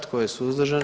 Tko je suzdržan?